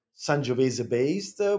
Sangiovese-based